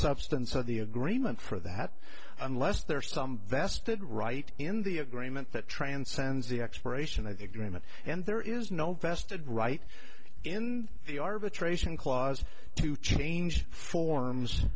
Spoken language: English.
substance of the agreement for that unless there are some vested right in the agreement that transcends the expiration of the agreement and there is no vested right in the arbitration clause to change forms